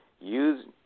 use